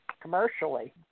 commercially